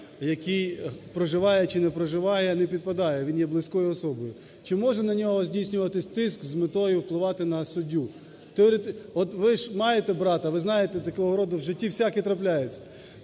який проживає чи не проживає, не підпадає, він є близькою особою. Чи може на нього здійснюватися тиск з метою впливати на суддю? От ви ж маєте брата, ви знаєте такого роду, в житті всяке трапляється.